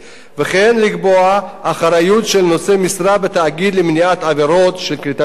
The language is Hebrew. וכן לקבוע אחריות של נושאי משרה בתאגיד למניעת עבירות של כריתת עצים.